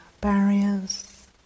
barriers